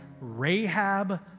Rahab